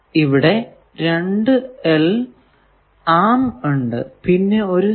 ഇവിടെ രണ്ടു L ആം ഉണ്ട് പിന്നെ ഒരു C